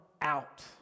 out